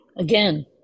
Again